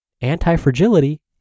Anti-fragility